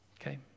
okay